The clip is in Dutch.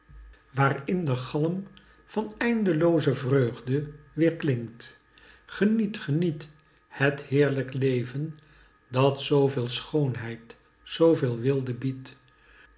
waarin de galm van eindelooze vreugde weerklinkt geniet geniet het heerlijk leven dat zooveel schoonheid zooveel weelde biedt